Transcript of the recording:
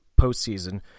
postseason